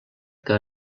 que